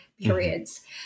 periods